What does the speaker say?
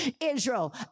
Israel